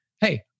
hey